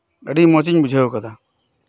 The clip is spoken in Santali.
ᱟᱹᱰᱤ ᱢᱚᱸᱡᱤᱧ ᱵᱩᱡᱷᱟᱹᱣ ᱟᱠᱟᱫᱟ